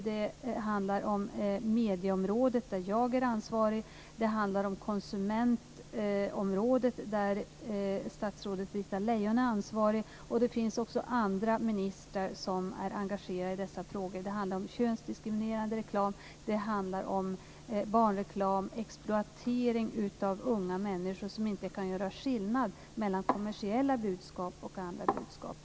Det gäller medieområdet, där jag är ansvarig. Det gäller konsumentområdet, där statsrådet Britta Lejon är ansvarig. Det finns också andra ministrar som är engagerade i dessa frågor. Det handlar om könsdiskriminerande reklam, barnreklam och exploatering av unga människor som inte kan göra skillnad mellan kommersiella budskap och andra budskap.